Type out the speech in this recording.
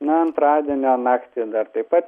na antradienio naktį dar taip pat